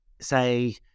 say